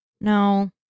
No